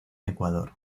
ecuador